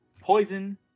poison